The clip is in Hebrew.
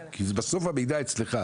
כי בסוף המידע אצלך,